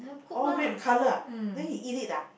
all red colour ah then he eat it ah